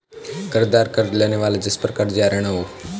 कर्ज़दार कर्ज़ लेने वाला जिसपर कर्ज़ या ऋण हो